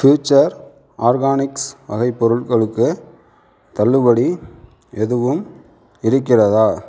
future organics வகை பொருள்களுக்கு தள்ளுபடி எதுவும் இருக்கிறதா